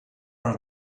are